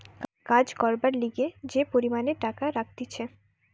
কাজ করবার লিগে যে পরিমাণে টাকা রাখতিছে